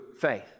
faith